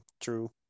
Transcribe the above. true